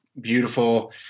beautiful